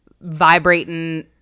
vibrating